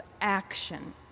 action